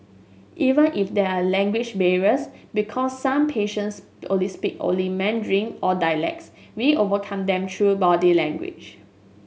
even if there are language barriers because some patients only speak only Mandarin or dialects we overcome them through body language